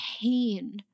pain